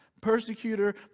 persecutor